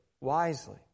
wisely